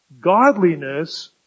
godliness